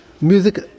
Music